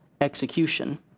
execution